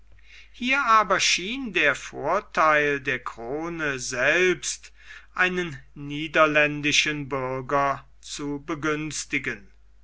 hier aber schien der vortheil der krone selbst einen niederländischen bürger zu begünstigen